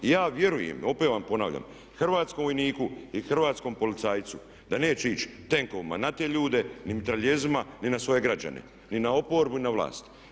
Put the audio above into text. Ja vjerujem, opet vam ponavljam, hrvatskom vojniku i hrvatskom policajcu da neće ići tenkovima na te ljude ni mitraljezima ni na svoje građane, ni na oporbu ni na vlast.